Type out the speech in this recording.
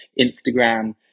Instagram